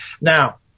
Now